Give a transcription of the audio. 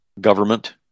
government